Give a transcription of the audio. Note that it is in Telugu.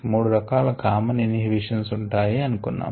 మూడు రకాల కామన్ ఇన్హిబిషన్స్ ఉంటాయి అనుకున్నాము